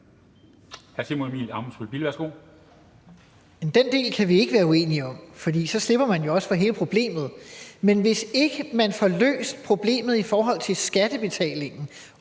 Den del kan vi ikke være uenige om, for så slipper man jo også for hele problemet. Men hvis ikke man får løst problemet i forhold til skattebetalingen